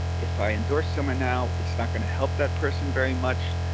if i endorse someone now, it's not going to help that person very much.